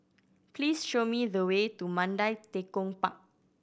please show me the way to Mandai Tekong Park